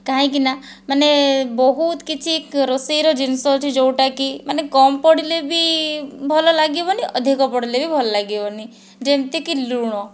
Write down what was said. କାହିଁକିନା ମାନେ ବହୁତ କିଛି ରୋଷେଇର ଜିନିଷ ଅଛି ଯେଉଁଟାକି ମାନେ କମ୍ ପଡ଼ିଲେ ବି ଭଲ ଲାଗିବ ନାହିଁ ଅଧିକ ପଡ଼ିଲେ ବି ଭଲ ଲାଗିବ ନାହିଁ ଯେମିତିକି ଲୁଣ